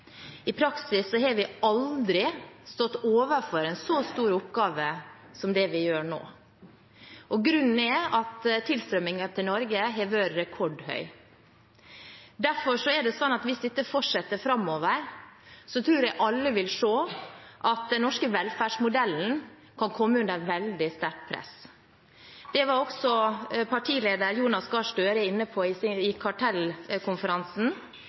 I praksis har vi aldri stått overfor en så stor oppgave som det vi gjør nå. Grunnen er at tilstrømmingen til Norge har vært rekordhøy. Derfor er det slik at hvis dette fortsetter framover, tror jeg alle vil se at den norske velferdsmodellen kan komme under veldig sterkt press. Det var også partileder Jonas Gahr Støre inne på